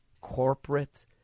corporate